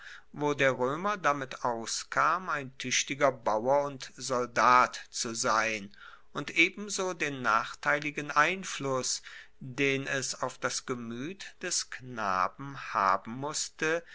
wo der roemer damit auskam ein tuechtiger bauer und soldat zu sein und ebenso den nachteiligen einfluss den es auf das gemuet des knaben haben musste